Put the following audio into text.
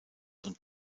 und